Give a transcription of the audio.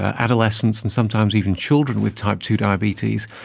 adolescents, and sometimes even children with type two diabetes,